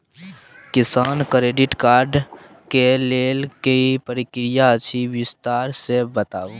किसान credit card के लेल की प्रक्रिया अछि विस्तार से बताबू?